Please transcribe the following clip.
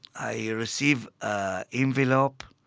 i receive a envelope.